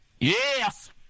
Yes